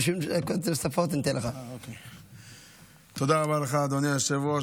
תודה רבה לך, אדוני היושב-ראש.